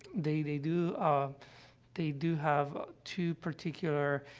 they they do, ah they do have two particular, ah,